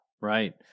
right